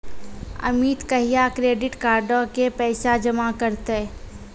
अमित कहिया क्रेडिट कार्डो के पैसा जमा करतै?